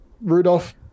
Rudolph